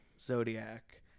zodiac